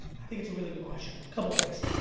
i think it's a really good question. couple things.